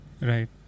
Right